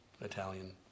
Italian